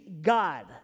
God